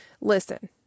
Listen